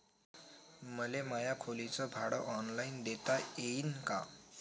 मले माया खोलीच भाड ऑनलाईन देता येईन का?